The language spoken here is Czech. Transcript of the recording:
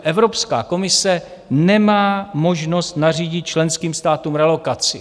Evropská komise nemá možnost nařídit členským státům relokaci.